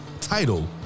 title